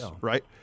right